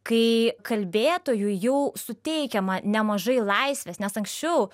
kai kalbėtojų jau suteikiama nemažai laisvės nes anksčiau